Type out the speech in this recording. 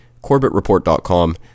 CorbettReport.com